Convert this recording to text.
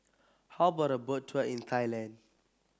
how about a Boat Tour in Thailand